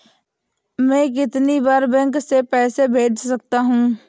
मैं कितनी बार बैंक से पैसे भेज सकता हूँ?